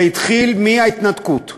זה התחיל מההתנתקות,